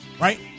Right